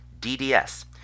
DDS